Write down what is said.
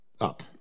up